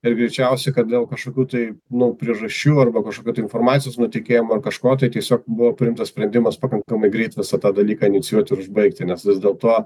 ir greičiausiai kad dėl kažkokių tai nu priežasčių arba kažkokio tai informacijos nutekėjimo ar kažko tai tiesiog buvo priimtas sprendimas pakankamai greit visą tą dalyką inicijuot ir užbaigti nes vis dėlto